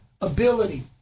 ability